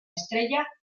estrella